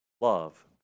love